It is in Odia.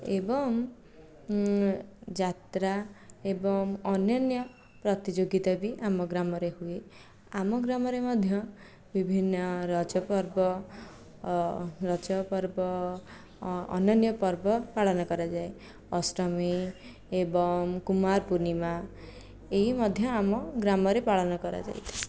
ଏବଂ ଯାତ୍ରା ଏବଂ ଅନ୍ୟାନ୍ୟ ପ୍ରତିଯୋଗିତା ବି ଆମ ଗ୍ରାମରେ ହୁଏ ଆମ ଗ୍ରାମରେ ମଧ୍ୟ ବିଭିନ୍ନ ରଜପର୍ବ ରଜପର୍ବ ଅନ୍ୟାନ୍ୟ ପର୍ବ ପାଳନ କରାଯାଏ ଅଷ୍ଟମୀ ଏବଂ କୁମାରପୂର୍ଣ୍ଣିମା ଏହି ମଧ୍ୟ ଆମ ଗ୍ରାମରେ ପାଳନ କରାଯାଇଥାଏ